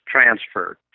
transferred